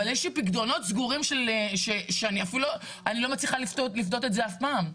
אבל יש לי פיקדונות סגורים שאני לא מצליחה לפדות אותם אף פעם.